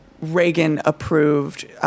Reagan-approved